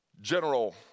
General